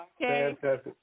Fantastic